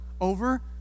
over